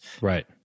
Right